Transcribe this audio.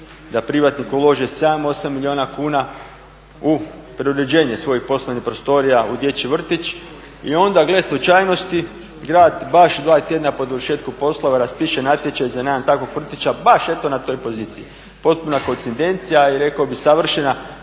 da privatnik uloži 7, 8 milijuna kuna u preuređenje svojih poslovnih prostorija u dječji vrtić i onda gle slučajnosti grad baš dva tjedna po završetku poslova raspise natječaj za najam takvog vrtića baš eto na toj poziciji. Potpuna koincidencija i rekao bih savršena